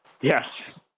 Yes